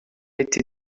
été